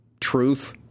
truth